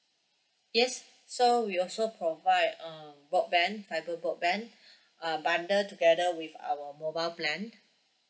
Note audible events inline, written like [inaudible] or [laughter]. yes so we also provide um broadband fibre broadband [breath] uh bundle together with our mobile plan